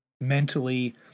mentally